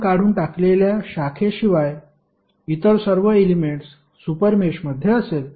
आपण काढून टाकलेल्या शाखेशिवाय इतर सर्व एलेमेंट्स सुपर मेषमध्ये असेल